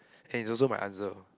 and it's also my answer